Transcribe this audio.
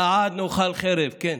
לעד נאכל חרב, כן,